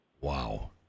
wow